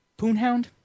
poonhound